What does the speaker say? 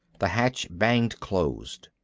the hatch banged closed.